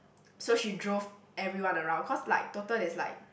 so she drove everyone around cause like total there's like